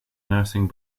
nursing